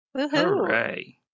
Hooray